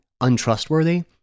untrustworthy